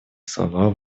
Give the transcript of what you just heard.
слова